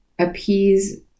Appease